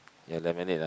ya lemonade ah